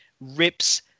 rips